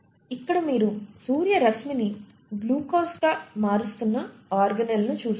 ఇక్కడ మీరు సూర్య రశ్మి ని గ్లూకోస్ గా మారుస్తున్న ఆర్గనేల్ ని చూస్తారు